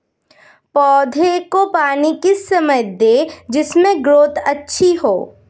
पौधे को पानी किस समय दें जिससे ग्रोथ अच्छी हो?